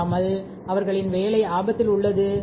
அவர்களின் வேலை ஆபத்தில் உள்ளது என்று உணர்ந்திருப்பார்கள்